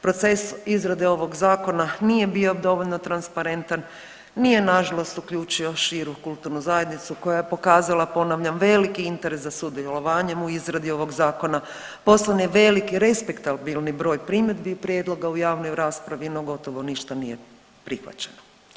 Proces izrade ovog zakona nije bio dovoljno transparentan, nije nažalost uključio širu kulturnu zajednicu koja je pokazala ponavljam veliki interes za sudjelovanjem u izradi ovog zakona, poslan je veliki respektabilni broj primjedbi i prijedloga u javnoj raspravi no gotovo ništa nije prihvaćeno.